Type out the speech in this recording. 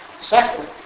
Second